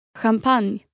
champagne